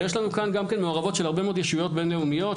ויש לנו כאן מעורבות של הרבה מאוד ישויות בין לאומיות,